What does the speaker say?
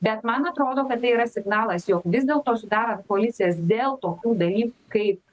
bet man atrodo kad tai yra signalas jog vis dėlto sudarant koalicijas dėl tokių daly kaip